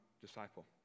disciple